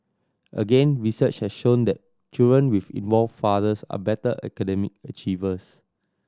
again research has shown that children with involved fathers are better academic achievers